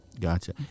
Gotcha